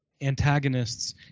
antagonists